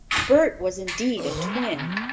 bert was indeed a twin,